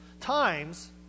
times